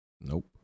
Nope